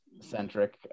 centric